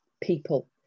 people